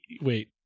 wait